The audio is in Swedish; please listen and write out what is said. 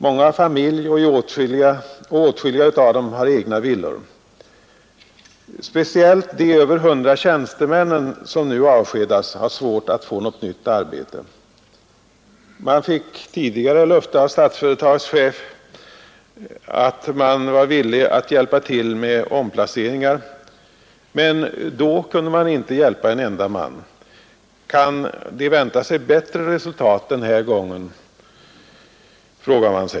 Många har familj, och åtskilliga har egna villor. Speciellt de över 100 tjänstemännen som nu avskedas har svårt att få något nytt arbete. Tidigare gavs löfte av Statsföretags chef att man var villig att hjälpa till med omplaceringar, men då kunde man inte hjälpa en enda man. Kan de anställda vänta sig bättre resultat den här gången?